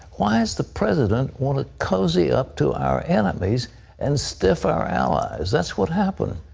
why does the president want to cozy up to our enemies and stiff our allies? that's what happened.